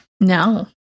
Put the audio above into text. no